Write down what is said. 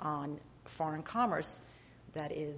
on foreign commerce that is